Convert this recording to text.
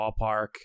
Ballpark